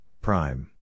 prime